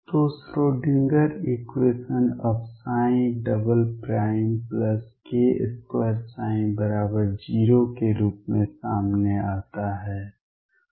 तो Schrodinger equation अब k2ψ0 के रूप में सामने आता है